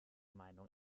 meinung